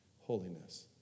holiness